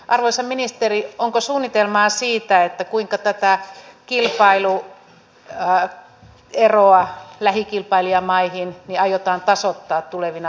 arvoisa ministeri onko suunnitelmaa siitä kuinka tätä kilpailueroa lähikilpailijamaihin aiotaan tasoittaa tulevina vuosina